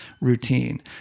routine